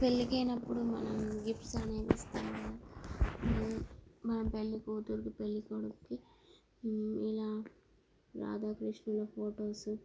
పెళ్లికెళ్ళినప్పుడు మనం గిఫ్ట్స్ అనేది ఇస్తాము మనం మనం పెళ్లికూతురికి పెళ్ళికొడుకుకి ఇలా రాధాకృష్ణుల ఫొటోస్